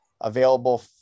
available